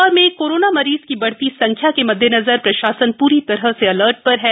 इंदौर में कोरोना मरीज की बढ़ती संख्या के मददेदनजर प्रशासन पूरी तरह से अलर्ट पर है